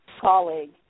colleague